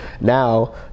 Now